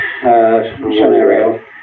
scenario